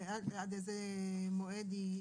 עד לאיזה מועד היא תוקפה?